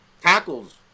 tackles